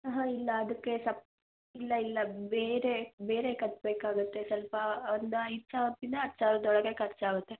ಇಲ್ಲ ಅದಕ್ಕೆ ಸಪ್ ಇಲ್ಲ ಇಲ್ಲ ಬೇರೆ ಬೇರೆ ಕಟ್ಟಬೇಕಾಗುತ್ತೆ ಸ್ವಲ್ಪ ಒಂದು ಐದು ಸಾವಿರದಿಂದ ಹತ್ತು ಸಾವಿರದ ಒಳಗೆ ಖರ್ಚಾಗುತ್ತೆ